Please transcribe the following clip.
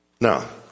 Now